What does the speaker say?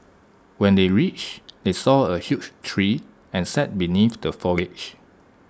when they reached they saw A huge tree and sat beneath the foliage